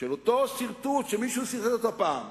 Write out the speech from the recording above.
של אותו סרטוט שמישהו סרטט פעם,